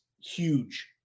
huge